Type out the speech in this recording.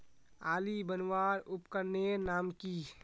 आली बनवार उपकरनेर नाम की?